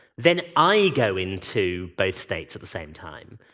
then i go into both states at the same time.